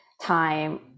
time